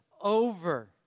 over